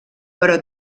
però